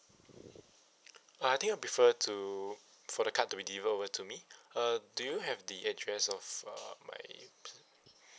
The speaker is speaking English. uh I think I prefer to for the card to be delivered over to me uh do you have the address of uh my